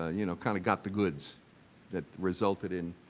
you know, kind of got the goods that resulted in